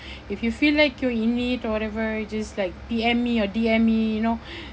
if you feel like you're in need or whatever you just like P_M me or D_M me you know